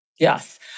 Yes